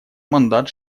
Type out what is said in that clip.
мандат